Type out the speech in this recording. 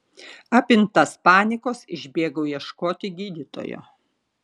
apimtas panikos išbėgau ieškoti gydytojo